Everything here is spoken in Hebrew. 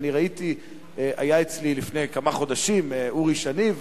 היה אצלי לפני כמה חודשים אורי שני,